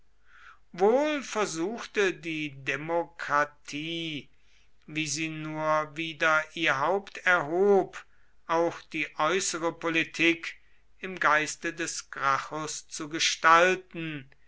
wohl versuchte die demokratie wie sie nur wieder ihr haupt erhob auch die äußere politik im geiste des gracchus zu gestalten